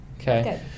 Okay